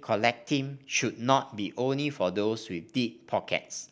collecting should not be only for those with deep pockets